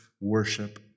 worship